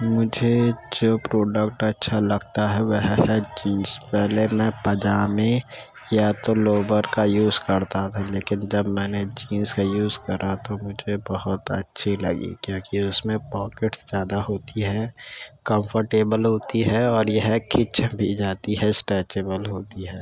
مجھے جو پروڈکٹ اچھا لگتا ہے وہ ہے گا جینس پہلے میں پاجامے یا تو لوبر کا یوز كرتا تھا لیکن جب میں نے جینس کا یوز کرا تو مجھے بہت اچھی لگی كیوں كہ اُس میں پاكٹس زیادہ ہوتی ہیں کمفرٹیبل ہوتی ہے اور یہ ہے کہ چھبی جاتی ہے اسٹریچبل ہوتی ہے